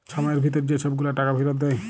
ছময়ের ভিতরে যে ছব গুলা টাকা ফিরত দেয়